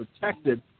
protected